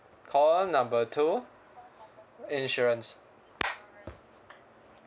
call number two insurance